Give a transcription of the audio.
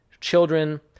children